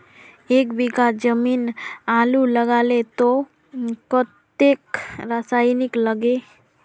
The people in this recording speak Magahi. एक बीघा जमीन आलू लगाले तो कतेक रासायनिक लगे?